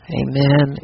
amen